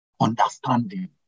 Understanding